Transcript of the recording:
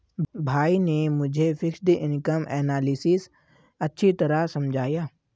भाई ने मुझे फिक्स्ड इनकम एनालिसिस अच्छी तरह समझाया